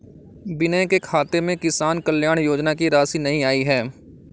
विनय के खाते में किसान कल्याण योजना की राशि नहीं आई है